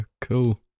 cool